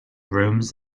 rooms